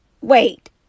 wait